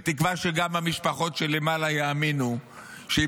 בתקווה שגם המשפחות למעלה יאמינו שהיא